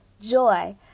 joy